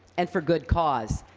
and for good cause.